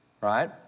Right